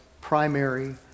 primary